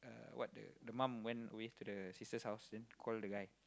the what the the mum went away to the sister's house and call the guy